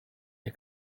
der